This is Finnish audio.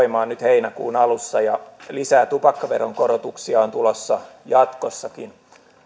astuu voimaan nyt heinäkuun alussa ja lisää tupakkaveron korotuksia on tulossa jatkossakin